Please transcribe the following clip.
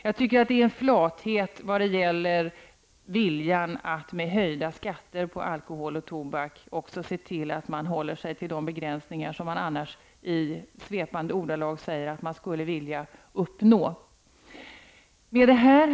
Jag tycker att det är en flathet när det gäller viljan att med höjda skatter på alkohol och tobak se till att man håller sig till de begränsningar som man annars i svepande ordalag säger att man skulle vilja uppnå. Herr talman!